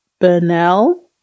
Bernal